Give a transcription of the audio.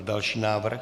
Další návrh.